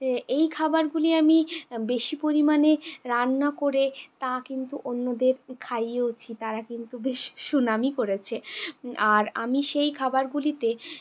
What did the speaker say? এই খাবারগুলি আমি বেশি পরিমাণে রান্না করে তা কিন্তু অন্যদের খাইয়েওছি তারা কিন্তু বেশ সুনামই করেছে আর আমি সেই খাবারগুলিতে